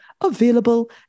available